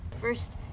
First